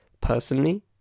personally